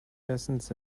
lessons